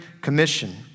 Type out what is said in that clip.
commission